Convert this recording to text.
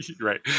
Right